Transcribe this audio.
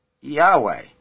Yahweh